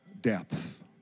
depth